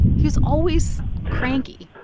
he's always cranky